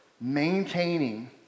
maintaining